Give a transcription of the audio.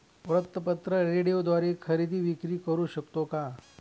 वृत्तपत्र, रेडिओद्वारे खरेदी विक्री करु शकतो का?